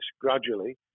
gradually